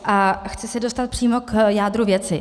A chci se dostat přímo k jádru věci.